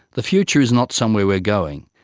the future is not somewhere we are going,